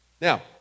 Now